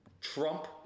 trump